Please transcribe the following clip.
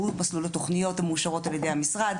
שהוא מסלול התוכניות המאושרות על ידי המשרד,